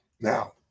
Now